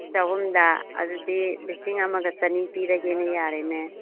ꯆꯍꯨꯝꯗ ꯑꯗꯨꯗꯤ ꯂꯤꯁꯤꯡ ꯑꯃꯒ ꯆꯅꯤ ꯄꯤꯔꯒꯦꯅꯦ ꯌꯥꯔꯦꯅꯦ